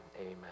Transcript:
Amen